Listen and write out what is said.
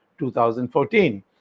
2014